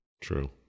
True